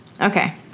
okay